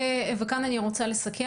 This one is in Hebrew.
כאן אני רוצה לסכם.